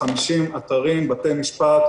ב-50 אתרים: בתי משפט,